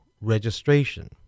registration